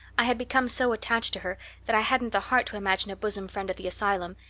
i had become so attached to her that i hadn't the heart to imagine a bosom friend at the asylum,